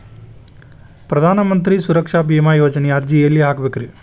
ಪ್ರಧಾನ ಮಂತ್ರಿ ಸುರಕ್ಷಾ ಭೇಮಾ ಯೋಜನೆ ಅರ್ಜಿ ಎಲ್ಲಿ ಹಾಕಬೇಕ್ರಿ?